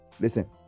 listen